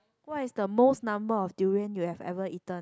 what is the most number of durians you had ever eaten